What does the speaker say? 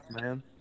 man